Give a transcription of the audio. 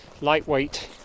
lightweight